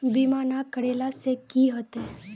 बीमा ना करेला से की होते?